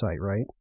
right